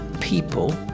people